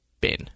bin